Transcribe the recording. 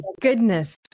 goodness